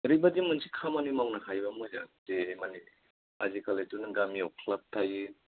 ओरैबायदि मोनसे खामानि मावनो हायोबा मोजां जे मानि आजिखालिथ' नों गामियाव क्लाब थायो